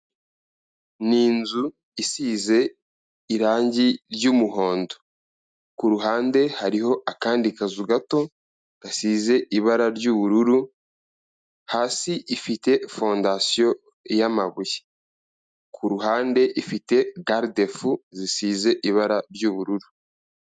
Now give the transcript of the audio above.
Ni inzu isize irangi ry'umuhondo, ku ruhande hariho akandi kazu gato gasize ibara ry'ubururu, hasi ifite fondasiyo y'amabuye, ku ruhande ifite garidefu zisize ibara ry'ubururu.